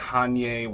Kanye